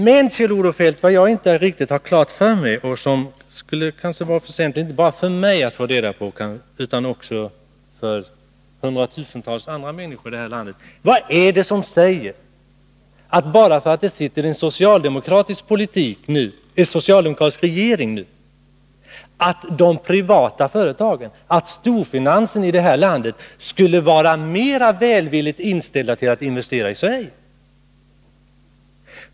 Men, Kjell-Olof Feldt, det är en sak som jag inte riktigt har klart för mig och som det skulle vara väsentligt att få reda på, inte bara för mig utan också för hundratusentals människor i detta land: Vad är det som säger att bara därför att det sitter en socialdemokratisk regering nu, skulle de privata företagen, storfinansen, i detta land vara mera välvilligt inställda till attinvestera i Sverige?